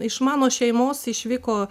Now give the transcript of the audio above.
iš mano šeimos išvyko